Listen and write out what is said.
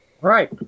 Right